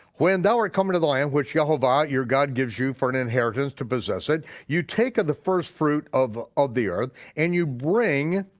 when thou art come into the land, which yehovah, your god, gives you for an inheritance to possess it, you take of the first fruit of of the earth and you bring